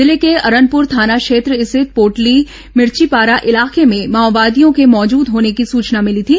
जिले के अरनपुर थाना क्षेत्र स्थित पोटली मिर्चीपारा इलाके में माओवादियों के मौजूद होने की सूचना मिली थी